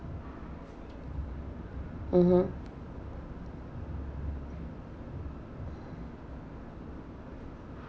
mmhmm